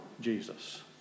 Jesus